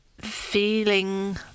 feeling